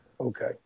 Okay